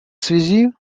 связи